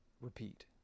repeat